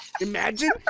Imagine